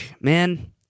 man